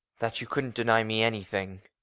that you couldn't deny me anything.